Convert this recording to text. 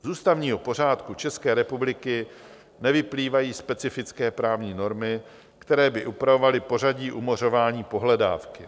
Z ústavního pořádku České republiky nevyplývají specifické právní normy, které by upravovaly pořadí umořování pohledávky.